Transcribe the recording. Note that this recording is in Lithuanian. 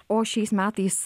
o šiais metais